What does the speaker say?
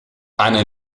eine